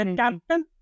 captain